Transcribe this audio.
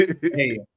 Hey